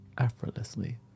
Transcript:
Effortlessly